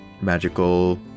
magical